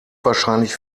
wahrscheinlich